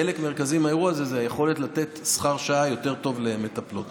חלק מרכזי מהאירוע הזה הוא היכולת לתת שכר שעה יותר טוב למטפלות.